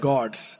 Gods